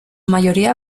mayoría